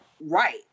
right